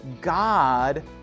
God